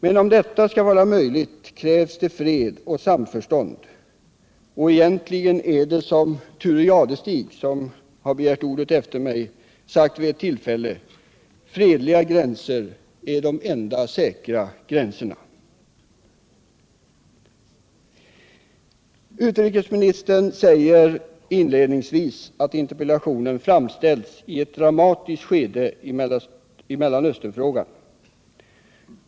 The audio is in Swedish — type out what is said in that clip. Men om detta skall vara möjligt krävs det fred och samförstånd. Och egentligen är det som Thure Jadestig, som har begärt ordet efter mig, sagt vid ett tillfälle — fredliga gränser är de enda säkra gränserna. Utrikesministern säger inledningsvis att interpellationen framställts i ett dramatiskt skede i Mellanösternkonflikten.